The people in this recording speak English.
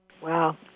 Wow